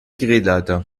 drehleiter